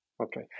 Okay